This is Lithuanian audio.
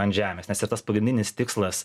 ant žemės nes ir tas pagrindinis tikslas